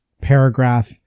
paragraph